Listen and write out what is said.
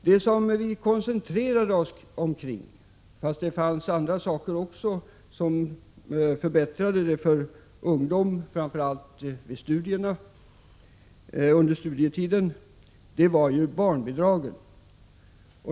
Det som vi framför allt koncentrerade oss på - fastän det också fanns andra saker, exempelvis att förbättra förhållandena för ungdomarna, framför allt under studietiden — var barnbidragen.